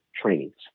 trainings